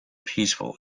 peaceful